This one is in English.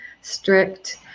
strict